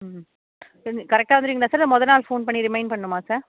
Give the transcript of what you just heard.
ம் கரெக்டாக வந்துருவிங்களா சார் இல்லை முத நாள் ஃபோன் பண்ணி ரிமைய்ன் பண்ணுமா சார்